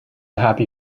happy